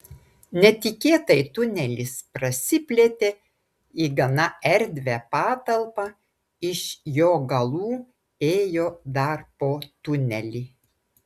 netikėtai tunelis prasiplėtė į gana erdvią patalpą iš jo galų ėjo dar po tunelį